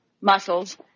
Muscles